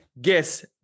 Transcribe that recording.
guess